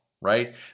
Right